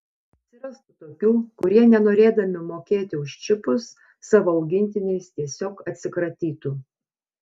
atsirastų tokių kurie nenorėdami mokėti už čipus savo augintiniais tiesiog atsikratytų